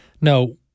No